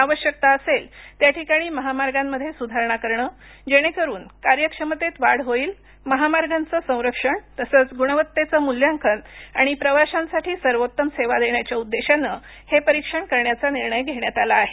आवश्यकता असेल त्याठिकाणी महामार्गामध्ये सुधारणा करण जेणेकरुन कार्यक्षमतेत वाढ होईल महामार्गंचं संरक्षण तसंच गुणवत्तेचं मुल्यांकन आणि प्रवाशांसाठी सर्वोत्तम सेवा देण्याच्या उद्देशानं हे परिक्षण करण्याचा निर्णय घेण्यात आला आहे